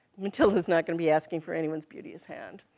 matilda's not going to be asking for anyone's beauteous hand.